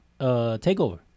TakeOver